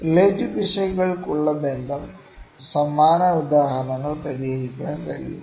relative പിശകുകൾക്കുള്ള ബന്ധം സമാന ഉദാഹരണങ്ങൾ പരിഹരിക്കാൻ കഴിയും